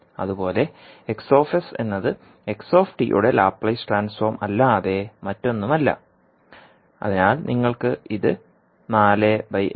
അതുപോലെ X എന്നത് യുടെ ലാപ്ലേസ് ട്രാൻസ്ഫോർമല്ലാതെ മറ്റൊന്നുമല്ല അതിനാൽ നിങ്ങൾക്ക് ഇത് എന്ന് എഴുതാം